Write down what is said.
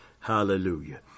Hallelujah